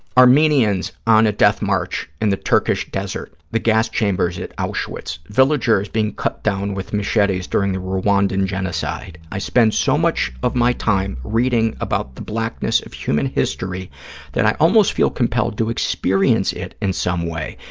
armenians on a death march in the turkish desert, the gas chambers at auschwitz, villagers being cut down with machetes during the rwandan genocide. i spend so much of my time reading about the blackness of human history that i almost feel compelled to experience it in some way,